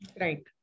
Right